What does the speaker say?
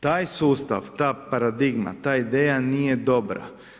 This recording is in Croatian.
Taj sustav, ta paradigma, ta ideja nije dobra.